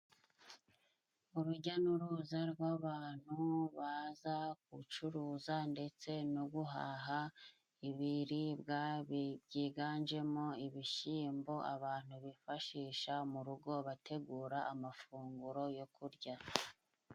Urujya n'uruza rw'abantu baza gucuruza ndetse no guhaha ibiribwa byiganjemo ibishyimbo abantu bifashisha mu rugo bategura amafunguro yo kurya.